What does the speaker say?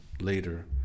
later